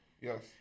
Yes